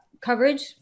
coverage